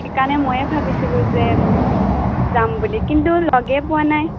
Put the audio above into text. সেই কাৰণে ময়ে ভাবিছিলোঁ যে যাম বুলি কিন্তু লগে পোৱা নাই